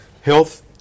health